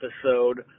episode